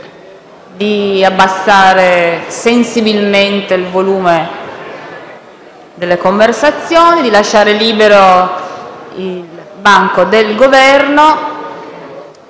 abbassare sensibilmente il volume delle conversazioni e lasciare libero il banco del Governo.